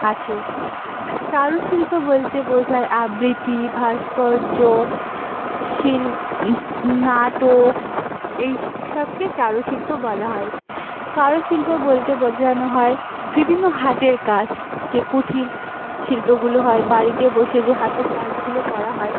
আছে চারুশিল্প বলতে বোঝায় আবৃতি ভাস্কর্য শিল নাটক এইস্ সবকে চারুশিল্প বলা হয় কারুশিল্প বলতে বোঝানো হয় বিভিন্ন হাতের কাজ যে কুঠির শিল্পগুলো হয় বাড়িতে বসে যে হাতের কাজগুলো করা হয়